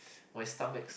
my stomach